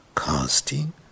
Casting